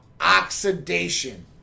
oxidation